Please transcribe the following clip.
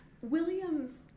Williams